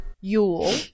Yule